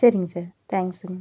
சரிங்க சார் தேங்க்ஸுங்க